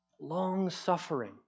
Long-suffering